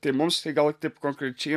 tai mums tai gal taip konkrečiai